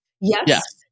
Yes